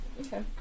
Okay